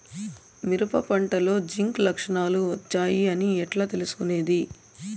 మిరప పంటలో జింక్ లక్షణాలు వచ్చాయి అని ఎట్లా తెలుసుకొనేది?